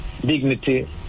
dignity